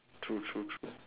true true true